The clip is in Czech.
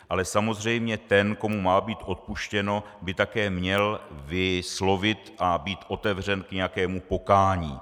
Ale samozřejmě ten, komu má být odpuštěno, by také měl vyslovit a být otevřen k nějakému pokání.